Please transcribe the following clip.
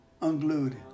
unglued